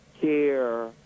care